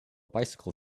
bicycle